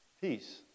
Peace